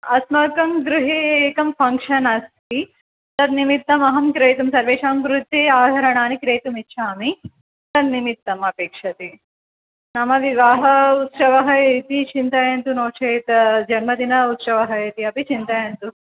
अस्माकं गृहे एकं फ़ङ्क्षन् अस्ति तद् निमित्तम् अहं क्रेतुं सर्वेषां कृते आभरणानि क्रेतुमिच्छामि तन्निमित्तम् अपेक्षते नाम विवाह उत्सवः इति चिन्तयन्तु नो चेत् जन्मदिन उत्सवः इति अपि चिन्तयन्तु